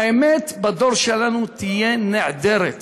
האמת בדור שלנו תהיה נעדרת,